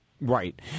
right